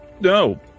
No